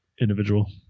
individual